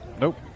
Nope